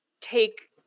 take